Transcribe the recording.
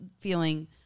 feeling